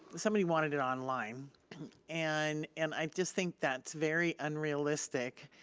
somebody wanted it online and and i just think that's very unrealistic,